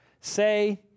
Say